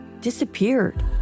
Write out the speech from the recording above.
disappeared